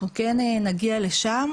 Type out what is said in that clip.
אנחנו כן נגיע לשם,